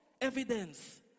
evidence